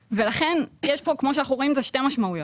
לכן יש פה, כמו שאנחנו רואים, שתי משמעויות.